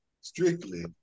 strictly